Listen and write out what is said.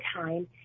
time